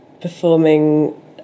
performing